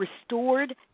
restored